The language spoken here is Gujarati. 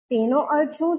તેનો અર્થ શું છે